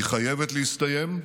היא חייבת להסתיים,